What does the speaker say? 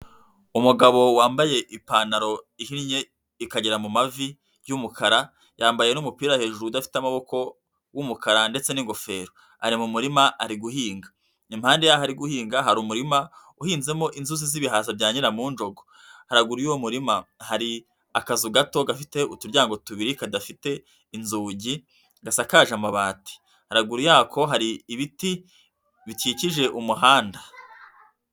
Umugabo wambaye ipantaro ihinnye ikagera mu mavi y'umukara, yambaye n'umupira hejuru udafite amaboko w'umukara ndetse n'ingofero. Ari mu murima ari guhinga. Impande yaho ari guhinga hari umurima uhinzemo inzuzi z'ibihaza bya nyiramonjogo. Haruguru y'uwo murima hari akazu gato gafite uturyango tubiri kadafite inzugi gasakaje amabati. Haruguru yako hari ibiti bikikije umuhanda.